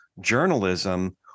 journalism